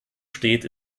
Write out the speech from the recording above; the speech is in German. steht